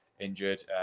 injured